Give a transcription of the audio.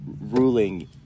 ruling